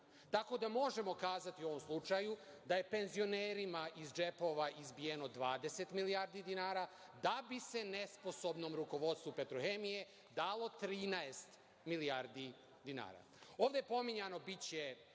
tako da možemo kazati u ovom slučaju da je penzionerima iz džepova izbijeno 20 milijardi dinara da bi se nesposobnom rukovodstvu „Petrohemije“ dalo 13 milijardi dinara. Ovde je pominjano biće